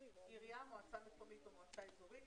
מועצה מקומית או מועצה אזורית,